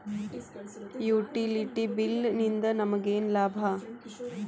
Utility bill ನಿಂದ್ ನಮಗೇನ ಲಾಭಾ?